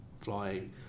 flying